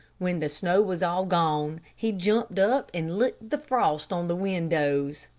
when the snow was all gone, he jumped up and licked the frost on the windows.